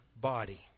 body